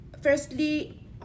Firstly